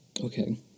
Okay